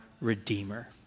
Redeemer